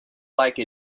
like